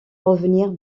revenir